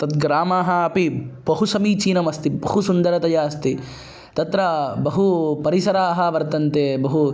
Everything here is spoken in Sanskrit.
तद् ग्रामः अपि बहु समीचीनः अस्ति बहु सुन्दरतया अस्ति तत्र बहु परिसरः वर्तते बहु